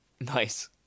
Nice